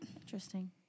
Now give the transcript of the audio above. Interesting